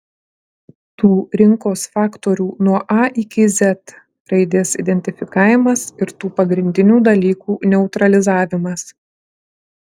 tų rinkos faktorių nuo a iki z raidės identifikavimas ir tų pagrindinių dalykų neutralizavimas